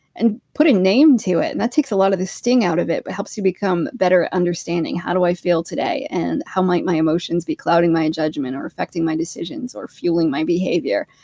and put a name to it. and that takes a lot of the sting out of it. it but helps you become better at understanding how do i feel today and how might my emotions be clouding my judgment or affecting my decisions or fueling my behavior?